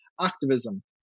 activism